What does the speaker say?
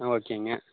ஓகேங்க